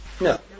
no